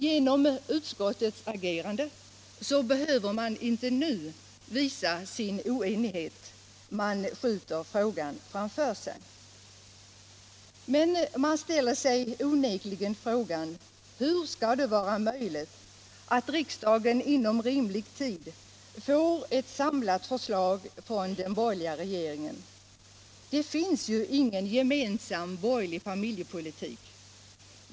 Genom utskottets agerande behöver de inte nu visa sin oenighet, de skjuter frågan framför sig. Men man ställer sig onekligen frågan: Hur skall det vara möjligt att riksdagen inom rimlig tid får ett samlat förslag från den borgerliga regeringen? Det finns ju ingen gemensam borgerlig familjepolitik.